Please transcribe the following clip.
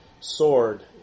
sword